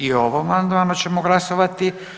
I o ovom amandmanu ćemo glasovati.